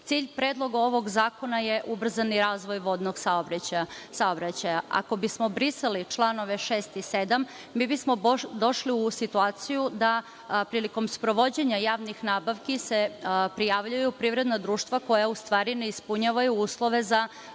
predloga ovog zakona je ubrzani razvoj vodnog saobraćaja. Ako bismo brisali članove šest i sedam, mi bismo došli u situaciju da prilikom sprovođenja javnih nabavki se prijavljuju privredna društva koja u stvari ne ispunjavaju uslove za